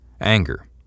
Anger